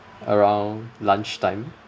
around lunch time